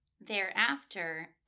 Thereafter